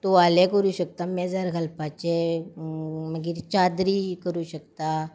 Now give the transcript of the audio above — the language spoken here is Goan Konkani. तुवाले करूंक शकता मेजार घालपाचे मागीर चादरी करूं शकता